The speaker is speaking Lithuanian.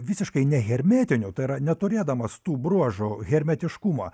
visiškai ne hermetinu tai yra neturėdamas tų bruožų hermetiškumo